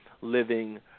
living